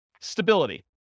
Stability